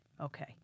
Okay